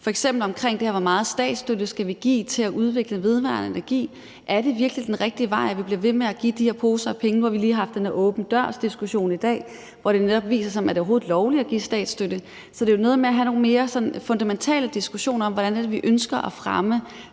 omkring det her med: Hvor meget statsstøtte skal vi give til at udvikle vedvarende energi? Er det virkelig den rigtige vej, at vi bliver ved med at give de her poser med penge? Nu har vi lige haft den her åben dør-diskussion i dag, hvor der netop viser sig spørgsmålet om, om det overhovedet er lovligt at give statsstøtte. Så det er noget med at have nogle mere sådan fundamentale diskussioner om, hvordan det er, vi ønsker at fremme